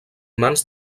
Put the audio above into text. mans